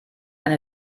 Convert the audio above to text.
eine